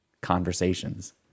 conversations